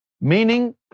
Meaning